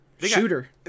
Shooter